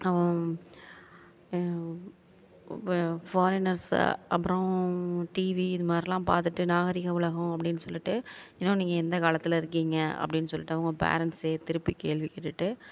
இப்போ ஃபாரினர்ஸ்ஸு அப்புறம் டிவி இது மாரிலாம் பார்த்துட்டு நாகரிக உலகம் அப்படினு சொல்லிவிட்டு இன்னும் நீங்கள் எந்த காலத்தில் இருக்கீங்க அப்படினு சொல்லிவிட்டு அவங்க ஃபேரன்ட்ஸ்ஸேயே திருப்பி கேள்வி கேட்டுகிட்டு